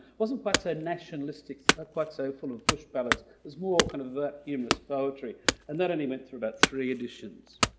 wasn't quite so nationalistic ah quite so full of bush ballads. there's more kind of humorous poetry and that only went through about three editions.